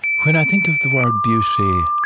when i think of the word beauty,